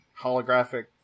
holographic